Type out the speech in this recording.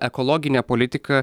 ekologinę politiką